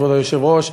כבוד היושב-ראש.